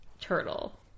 turtle